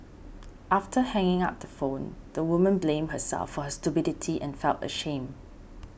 after hanging up the phone the woman blamed herself for her stupidity and felt ashamed